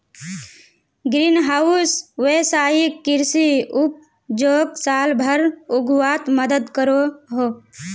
green house वैवसायिक कृषि उपजोक साल भर उग्वात मदद करोह